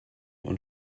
und